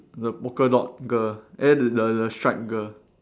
the polka dot girl eh the the stripe girl